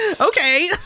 okay